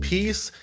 Peace